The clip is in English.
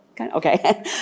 Okay